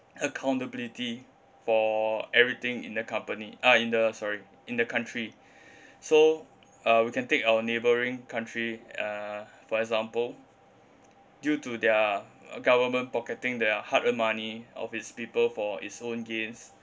accountability for everything in the company ah in the sorry in the country so uh we can take our neighbouring country uh for example due to their government pocketing their hard earned money of its people for its own gains